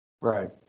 Right